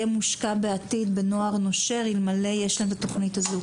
מושקע בנוער נושר אלמלא הייתה שם התוכנית הזו עבורו.